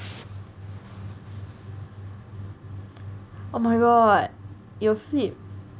oh my god you will flip